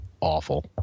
awful